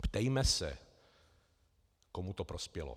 Ptejme se, komu to prospělo.